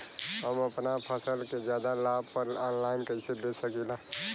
हम अपना फसल के ज्यादा लाभ पर ऑनलाइन कइसे बेच सकीला?